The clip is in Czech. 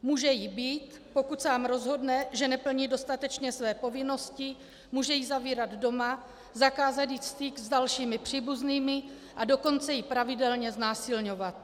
Může ji bít, pokud sám rozhodne, že neplní dostatečně své povinnosti, může ji zavírat doma, zakázat jí styk s dalšími příbuznými, a dokonce ji pravidelně znásilňovat.